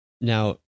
Now